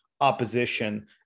opposition